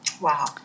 wow